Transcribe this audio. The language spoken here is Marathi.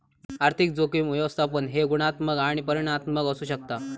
आर्थिक जोखीम व्यवस्थापन हे गुणात्मक आणि परिमाणात्मक असू शकता